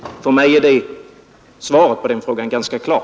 För mig är svaret på den frågan ganska klar.